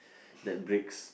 that breaks